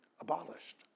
abolished